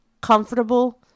comfortable